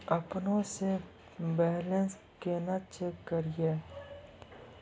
अपनों से बैलेंस केना चेक करियै?